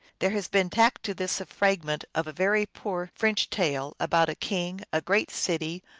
there has been tacked to this a fragment of a very poor french tale about a king, a great city,